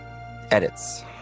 edits